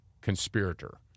conspirator